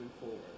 forward